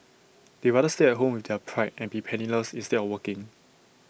they rather stay at home with their pride and be penniless instead of working